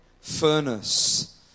furnace